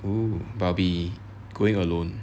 oo but we going alone